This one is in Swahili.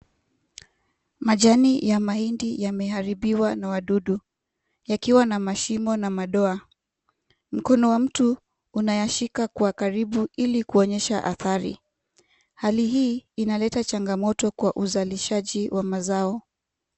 Majani ya mahindi yameharibiwa na wadudu yakiwa na mashimo na madoa. Mkono wa mtu unayashika kwa karibu ili kuonyesha athari. Hali hii inaleta changamoto kwa uzalishaji wa mazao.